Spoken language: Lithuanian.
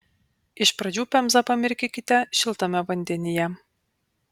iš pradžių pemzą pamirkykite šiltame vandenyje